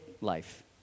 life